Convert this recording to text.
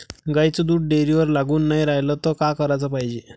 गाईचं दूध डेअरीवर लागून नाई रायलं त का कराच पायजे?